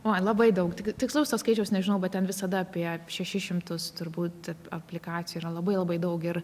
oi labai daug tik tikslaus to skaičiaus nežinau bet ten visada apie šešis šimtus turbūt aplikacijų yra labai labai daug ir